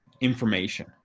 information